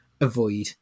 avoid